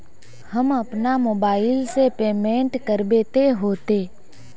हम अपना मोबाईल से पेमेंट करबे ते होते?